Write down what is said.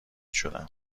شدم